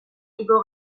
igo